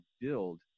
build